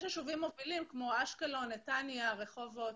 יש יישובים מובילים כמו אשקלון, נתניה, רחובות,